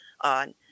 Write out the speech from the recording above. on